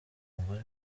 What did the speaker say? umugore